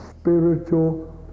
spiritual